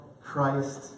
Christ